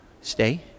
stay